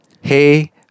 Hey